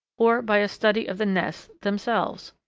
or by a study of the nests themselves.